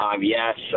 Yes